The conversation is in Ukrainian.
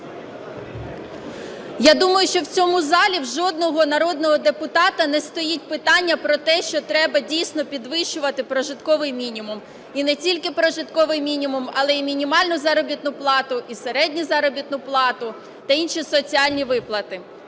Я думаю, що в цьому залі в жодного народного депутата не стоїть питання про те, що треба дійсно підвищувати прожитковий мінімум, і не тільки прожитковий мінімум, але й мінімальну заробітну плату, і середню заробітну плату та інші соціальні виплати.